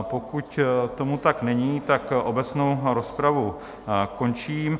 Pokud tomu tak není, tak obecnou rozpravu končím.